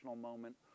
moment